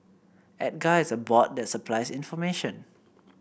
Edgar is a bot that supplies information